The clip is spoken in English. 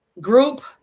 group